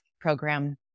program